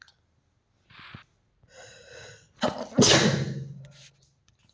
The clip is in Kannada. ಡೈರಿ ಸಹಕಾರಿ ಸಂಸ್ಥೆಗಳು ಮತ್ತ ಹೈನುಗಾರಿಕೆ ಚಟುವಟಿಕೆಯೊಳಗ ತೊಡಗಿರೋ ರೈತ ಉತ್ಪಾದಕ ಸಂಸ್ಥೆಗಳನ್ನ ಬೆಂಬಲಸಾಕ ಹೊಸ ಯೋಜನೆ ತಂದೇತಿ